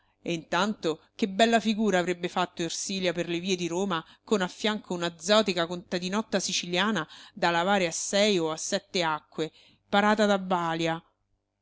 e intanto che bella figura avrebbe fatto ersilia per le vie di roma con a fianco una zotica contadinotta siciliana da lavare a sei o a sette acque parata da balia